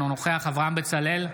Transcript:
אינו נוכח אברהם בצלאל,